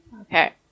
Okay